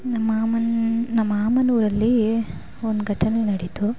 ನಮ್ಮ ಮಾಮನ ನಮ್ಮ ಮಾಮನ ಊರಲ್ಲಿ ಒಂದು ಘಟನೆ ನಡೀತು